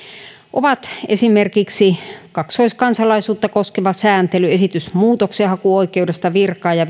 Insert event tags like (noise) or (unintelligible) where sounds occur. ovat esimerkiksi kaksoiskansalaisuutta koskeva sääntely esitys muutoksenhakuoikeudesta virkaa ja (unintelligible)